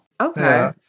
Okay